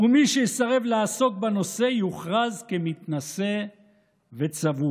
ומי שיסרב לעסוק בנושא יוכרז כמתנשא וצבוע.